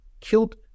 killed